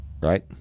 right